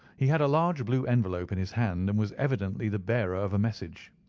he had a large blue envelope in his hand, and was evidently the bearer of a message.